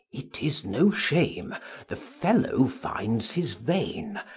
it is no shame the fellow finds his vein,